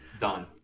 done